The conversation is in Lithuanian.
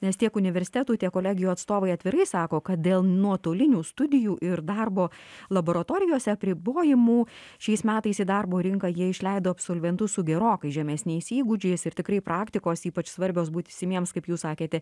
nes tiek universitetų tiek kolegijų atstovai atvirai sako kad dėl nuotolinių studijų ir darbo laboratorijose apribojimų šiais metais į darbo rinką jie išleido absolventus su gerokai žemesniais įgūdžiais ir tikrai praktikos ypač svarbios būsimiems kaip jūs sakėte